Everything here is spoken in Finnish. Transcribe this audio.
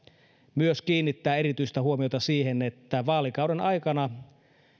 myös kiinnittää erityistä huomiota siihen että vaalikauden aikana